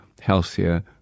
healthier